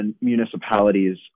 municipalities